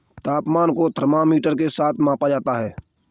तापमान को थर्मामीटर के साथ मापा जाता है